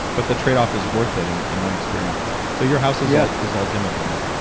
but the trade off is worth it in in my experience. so your house is yeah is all dimmable then?